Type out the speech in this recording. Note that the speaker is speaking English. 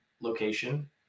location